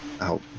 out